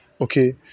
okay